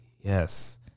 Yes